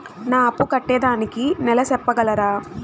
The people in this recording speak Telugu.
నా అప్పు కట్టేదానికి నెల సెప్పగలరా?